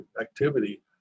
activity